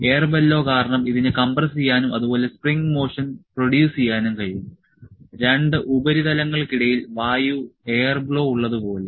air blow കാരണം ഇതിന് കംപ്രസ്സുചെയ്യാനും അതുപോലെ സ്പ്രിംഗ് മോഷൻ പ്രൊഡ്യൂസ് ചെയ്യാനും കഴിയും രണ്ട് ഉപരിതലങ്ങൾക്കിടയിൽ വായു എയർ ബ്ലോ ഉള്ളതുപോലെ